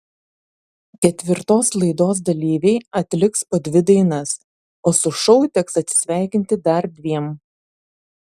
ketvirtos laidos dalyviai atliks po dvi dainas o su šou teks atsisveikinti dar dviem